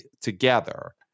together